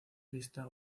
vista